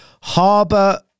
Harbour